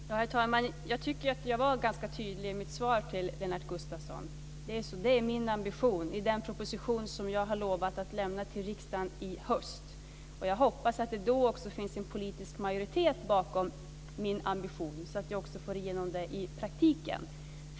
Herr talman! Jag tycker att jag var ganska tydlig i mitt svar till Lennart Gustavsson. Detta är min ambition i den proposition som jag har lovat att lämna till riksdagen i höst. Jag hoppas att det då också finns en politisk majoritet bakom denna ambition så att den kan förverkligas i praktiken.